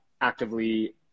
actively